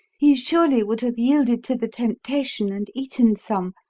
he surely would have yielded to the temptation and eaten some.